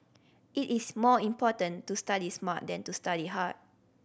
it is more important to study smart than to study hard